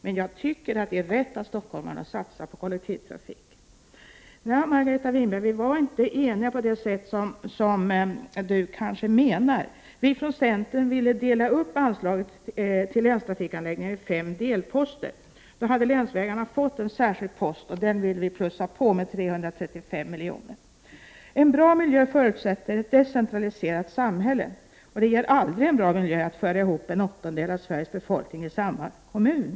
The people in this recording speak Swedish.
Men jag tycker att det är rätt av stockholmarna att satsa på kollektivtrafiken. Nej, Margareta Winberg, vi var inte eniga på det sätt som jag tror att Margareta Winberg menade. Vi från centern ville dela upp anslaget till länstrafikanläggningar i fem delposter. Då hade länsvägarna fått en särskild post, och den ville vi öka på med 335 miljoner. En bra miljö förutsätter ett decentraliserat samhälle. Det ger aldrig en bra miljö att föra ihop en åttondel av Sveriges befolkning i en kommun!